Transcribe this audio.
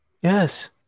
Yes